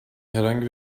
herhangi